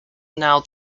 now